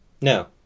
No